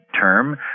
term